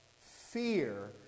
fear